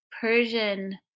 Persian